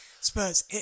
Spurs